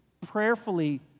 prayerfully